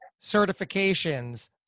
certifications